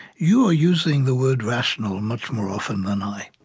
you are using the word rational much more often than i,